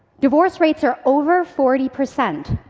divorce rates are over forty percent,